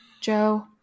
Joe